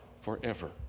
forever